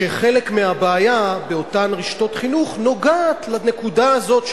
שחלק מהבעיה באותן רשתות חינוך נוגעת בנקודה הזאת,